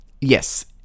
Yes